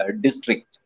district